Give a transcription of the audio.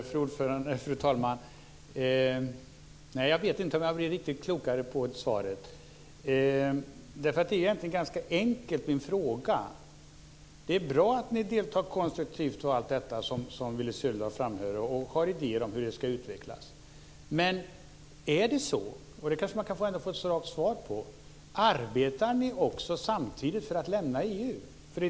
Fru talman! Jag vet inte om jag blir riktigt klokare på det svaret. Det är egentligen en ganska enkel fråga. Det är bra att ni deltar konstruktivt och har idéer om hur EU ska utvecklas, som Willy Söderdahl framhåller. Det kanske går att få svar på om ni samtidigt arbetar för att lämna EU.